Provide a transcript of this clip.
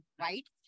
right